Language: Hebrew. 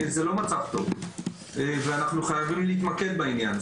זה לא מצב ואנחנו חייבים להתמקד בעניין.